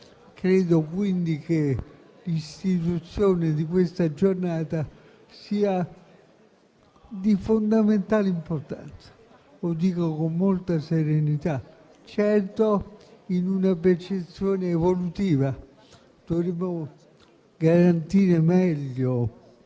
pertanto che l'istituzione di questa giornata sia di fondamentale importanza, e lo dico con molta serenità. Certo, in una percezione evolutiva, dovremmo garantire meglio,